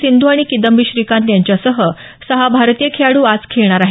सिंधू आणि किदंबी श्रीकांत यांच्यासह सहा भारतीय खेळाडू आज खेळणार आहेत